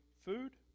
food